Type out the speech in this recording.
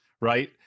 Right